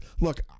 Look